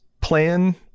plan